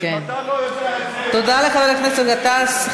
אתה לא יודע את זה, תודה לחבר הכנסת גטאס.